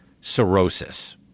cirrhosis